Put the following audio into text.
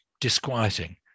disquieting